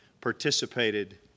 participated